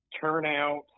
turnout